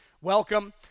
welcome